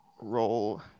roll